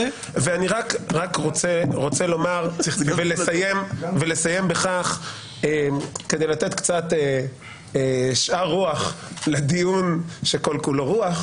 לומר ולסיים בכך כדי לתת קצת שאר רוח לדיון שכל כולו רוח,